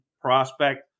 prospect